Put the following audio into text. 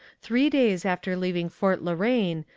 three days after leaving fort la reine,